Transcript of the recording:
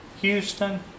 Houston